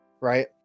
right